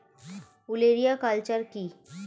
ওলেরিয়া কালচার কি?